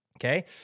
Okay